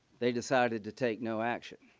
they decided to take no actions.